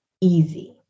easy